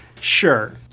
Sure